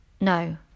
No